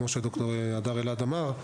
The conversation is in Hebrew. כמו שד"ר הדר אלעד אמר,